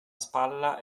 spalla